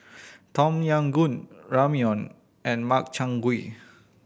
Tom Yam Goong Ramyeon and Makchang Gui